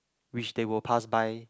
which they were passed by